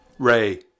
Ray